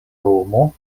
romo